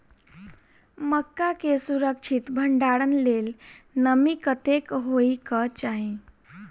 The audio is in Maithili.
मक्का केँ सुरक्षित भण्डारण लेल नमी कतेक होइ कऽ चाहि?